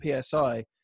PSI